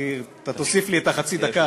אתה תוסיף לי את חצי הדקה הזו.